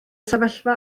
sefyllfa